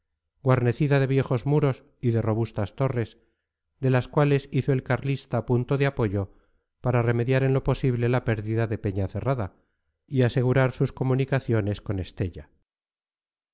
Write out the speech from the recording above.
guarnecida de viejos muros y de robustas torres de las cuales hizo el carlista punto de apoyo para remediar en lo posible la pérdida de peñacerrada y asegurar sus comunicaciones con estella